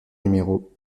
numéro